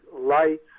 lights